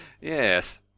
yes